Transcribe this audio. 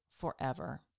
forever